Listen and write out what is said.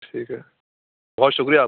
ٹھیک ہے بہت شُکریہ